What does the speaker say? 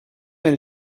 nel